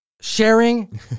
Sharing